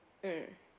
mm